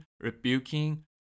rebuking